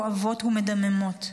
כואבות ומדממות.